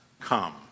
come